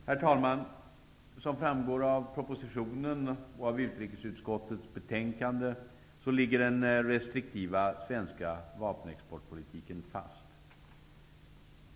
Herr talman! Som framgår av propositionen och av utrikesutskottets betänkande ligger den restriktiva svenska vapenexportpolitiken fast.